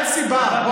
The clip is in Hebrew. אין סיבה.